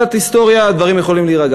הסיפור של האיחוד האירופי,